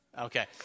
Okay